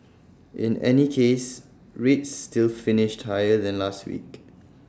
in any case rates still finished higher than last week